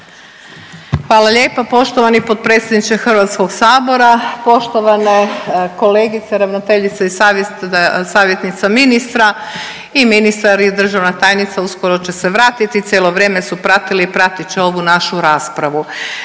Hvala lijepa poštovani potpredsjedniče HS, poštovane kolegice, ravnateljice i savjetnica ministra, i ministar i državna tajnica uskoro će se vratiti, cijelo vrijeme su pratili i pratit će ovu našu raspravu.